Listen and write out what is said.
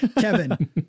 Kevin